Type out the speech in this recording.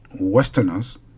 Westerners